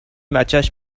بچش